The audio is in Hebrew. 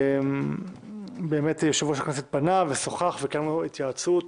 יושב-ראש הכנסת פנה וקיימנו התייעצות.